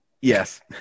Yes